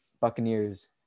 Buccaneers